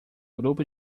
grupo